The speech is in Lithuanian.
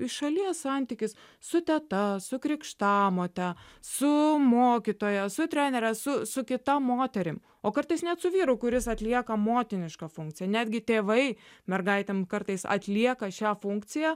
iš šalies santykis su teta su krikštamote su mokytoja su trenere su su kita moterim o kartais net su vyru kuris atlieka motinišką funkciją netgi tėvai mergaitėm kartais atlieka šią funkciją